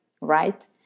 right